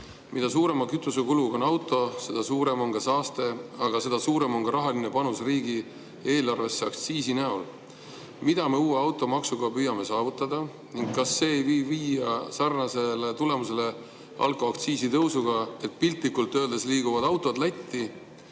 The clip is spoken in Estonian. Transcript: Mida suurema kütusekuluga on auto, seda rohkem on ka saastet, aga seda suurem on ka rahaline panus riigieelarvesse aktsiisi näol. Mida me uue automaksuga püüame saavutada? Kas see ei või viia sarnasele tulemusele, nagu oli alkoaktsiisi tõusu puhul, et piltlikult öeldes liiguvad autod Lätti,